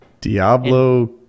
Diablo